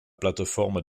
plateforme